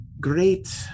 great